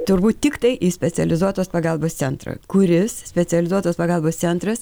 turbūt tiktai į specializuotos pagalbos centrą kuris specializuotos pagalbos centras